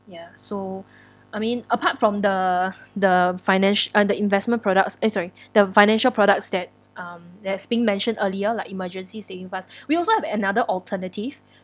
ya so I mean apart from the the financi~ uh the investment products eh sorry the financial products that um that's being mentioned earlier like emergency saving fund we also have another alternative